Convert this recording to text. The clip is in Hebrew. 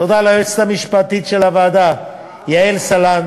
תודה ליועצת המשפטית של הוועדה יעל סלנט,